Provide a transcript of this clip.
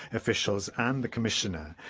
officials and the commissioner.